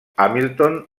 hamilton